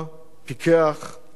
אנושי ואוהב אדם,